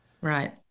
Right